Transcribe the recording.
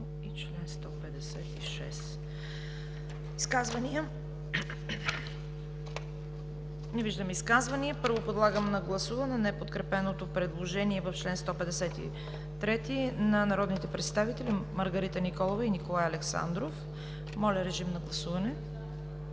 КАРАЯНЧЕВА: Изказвания? Не виждам изказвания. Подлагам на гласуване неподкрепеното предложение в чл. 153 на народните представители Маргарита Николова и Николай Александров. Гласували